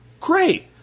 great